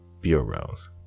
bureaus